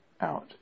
out